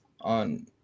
on